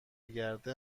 گرده